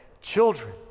children